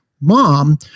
mom